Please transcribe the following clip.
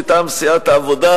מטעם סיעת העבודה,